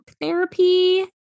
therapy